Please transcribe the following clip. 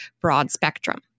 broad-spectrum